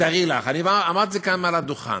תארי לך, אמרתי את זה כאן מעל לדוכן: